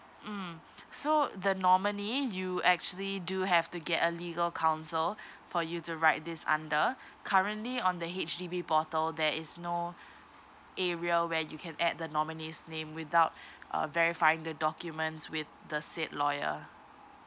mm so the nominee you actually do have to get a legal counsel for you to write this under currently on the H_D_B portal there is no area where you can add the nominees name without uh verifying the documents with the said lawyer